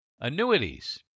Annuities